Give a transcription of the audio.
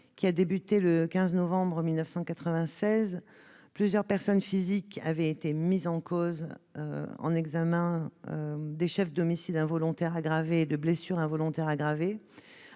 qui a débuté le 15 novembre 1996, plusieurs personnes physiques avaient été mises en examen des chefs d'homicides involontaires aggravés et de blessures involontaires aggravées,